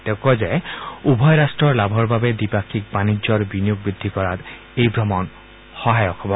তেওঁ কয় যে উভয় ৰাষ্ট্ৰৰ লাভৰ বাবে দ্বিপাক্ষিক বাণিজ্য আৰু বিনিয়োগ বৃদ্ধি কৰাত এই ভ্ৰমণ সহায়ক হ'ব